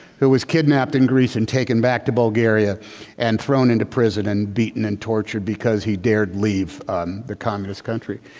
who was kidnapped in greece and taken back to bulgaria and thrown into prison and beaten and tortured because he dared to leave the communist country.